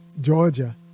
Georgia